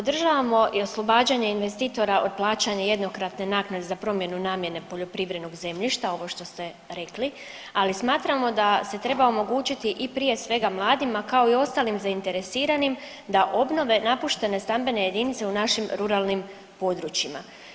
Podržavamo i oslobađanje investitora od plaćanja jednokratne naknade za promjenu namjene poljoprivrednog zemljišta, ovo što ste rekli, ali smatramo da se treba omogućiti i prije svega mladima, kao i ostalim zainteresiranim da obnove napuštene stambene jedinice u našim ruralnim područjima.